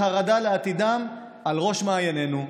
בחרדה לעתידם, בראש מעיינינו.